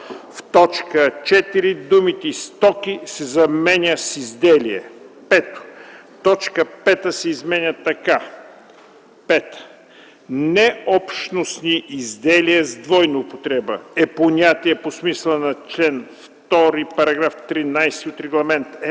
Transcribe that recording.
В т. 4 думата „стоки” се заменя с „изделия”. 5. Точка 5 се изменя така: „5. „Необщностни изделия с двойна употреба" е понятие по смисъла на чл. 2, параграф 13 от Регламент